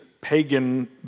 pagan